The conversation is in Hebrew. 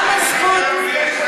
לא מותנית בהסכמים פוליטיים.